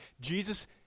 Jesus